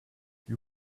you